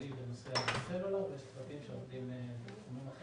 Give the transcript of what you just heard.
כלכלי בנושא הסלולר ויש צוותים שעובדים בתחום אחר.